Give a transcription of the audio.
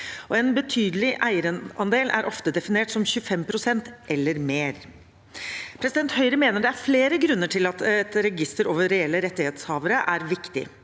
En betydelig eierandel er ofte definert som 25 pst. eller mer. Høyre mener det er flere grunner til at et register over reelle rettighetshavere er viktig.